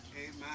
Amen